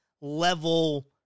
level